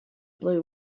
blue